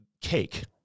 cake